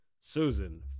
Susan